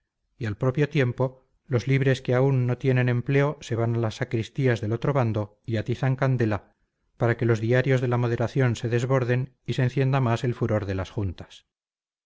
y al propio tiempo los libres que aún no tienen empleo se van a las sacristías del otro bando y atizan candela para que los diarios de la moderación se desborden y se encienda más el furor de las juntas